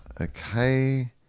Okay